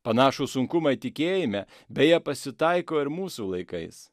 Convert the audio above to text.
panašūs sunkumai tikėjime beje pasitaiko ir mūsų laikais